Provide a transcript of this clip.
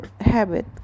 habit